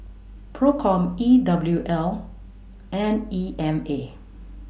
PROCOM E W L and E M A